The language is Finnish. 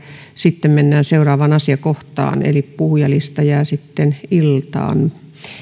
sitten mennään seuraavaan asiakohtaan eli puhujalista jää sitten iltaan